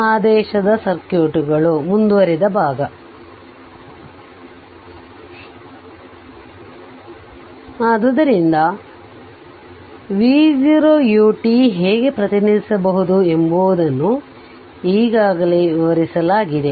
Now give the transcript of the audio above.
ಆದ್ದರಿಂದ v0 ut ಹೇಗೆ ಪ್ರತಿನಿಧಿಸಬಹುದು ಎಂಬುದನ್ನು ಈಗಾಗಲೇ ವಿವರಿಸಿಲಾಗಿದೆ